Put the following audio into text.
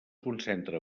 concentra